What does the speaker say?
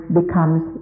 becomes